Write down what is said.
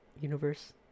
universe